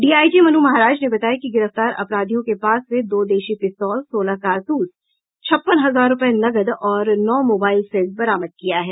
DIG Manu Maharaj ने बताया कि गिरफ्तार अपराधियों के पास से दो देशी पिस्तौल सोलह कारतूस छप्पन हजार रूपए नकद और नौ मोबाईल सेट बरामद किया है